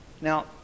now